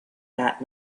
that